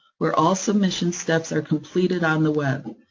where all submission steps are completed on the web.